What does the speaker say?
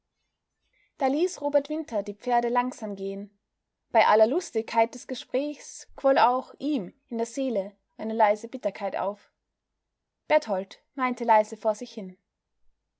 da ließ robert winter die pferde langsam gehen bei aller lustigkeit des gesprächs quoll auch ihm in der seele eine leise bitterkeit auf berthold weinte leise vor sich hin